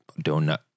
donut